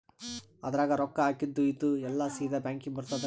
ಅದ್ರಗ ರೊಕ್ಕ ಹಾಕಿದ್ದು ಅದು ಎಲ್ಲಾ ಸೀದಾ ಬ್ಯಾಂಕಿಗಿ ಬರ್ತದಲ್ರಿ?